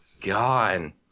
God